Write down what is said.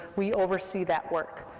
we oversee that work.